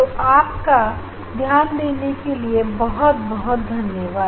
तो आपका ध्यान देने के लिए बहुत बहुत धन्यवाद